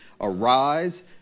Arise